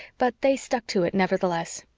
but they stuck to it, nevertheless.